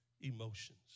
emotions